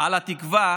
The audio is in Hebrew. על התקווה